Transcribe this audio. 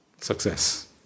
success